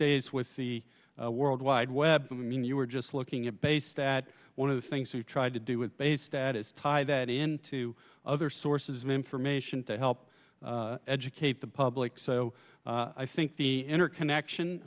days with the world wide web and you were just looking at base that one of the things we've tried to do with base that is tie that into other sources of information to help educate the public so i think the interconnection